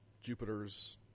Jupiter's